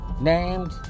named